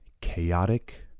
chaotic